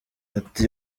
ati